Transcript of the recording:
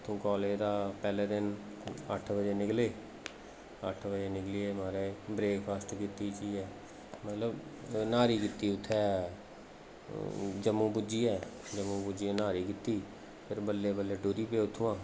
उत्थूं कालज दा पैह्लें दिन अट्ठ बजे निकले अट्ठ बजे निकलियै माराज ब्रेकफास्ट कीती जाइयै मतलब न्हारी कीती उत्थै जम्मू पुज्जियै जम्मू पुज्जियै न्हारी कीती फिर बल्लै बल्लै टुरी पे उत्थु्आं